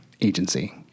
agency